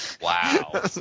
Wow